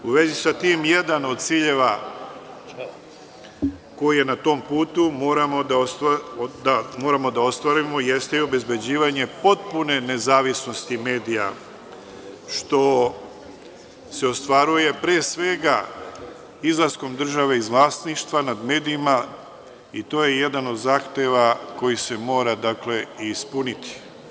U vezi sa tim, jedan od ciljeva koji na tom putu moramo da ostvarimo jeste i obezbeđivanje potpune nezavisnosti medija, što se ostvaruje, pre svega, izlaskom države iz vlasništva nad medijima i to je jedan od zahteva koji se mora ispuniti.